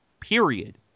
period